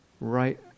Right